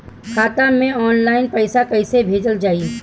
खाता से ऑनलाइन पैसा कईसे भेजल जाई?